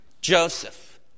Joseph